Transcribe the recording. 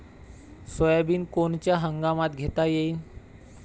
Soybean कोनच्या हंगामात घेता येईन?